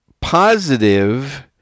positive